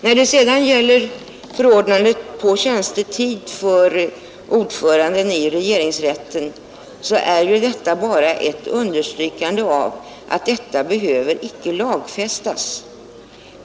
Vad som skett beträffande förordnandet på tjänstetid av ordföranden i regeringsrätten är bara ett understrykande av att denna fråga icke behöver lagfästas.